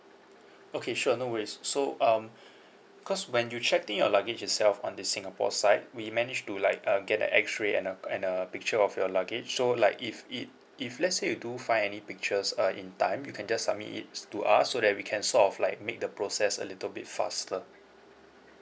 okay sure no worries so um cause when you checked in your luggage itself on the singapore side we managed to like uh get a X-ray and a and a picture of your luggage so like if it if let's say you do find any pictures uh in time you can just submit to us so that we can sort of like make the process a little bit faster